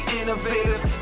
innovative